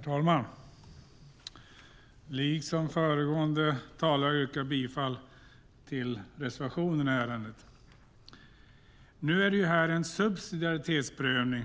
Herr talman! Liksom föregående talare yrkar jag bifall till reservationen i ärendet. Subsidiaritetsprövning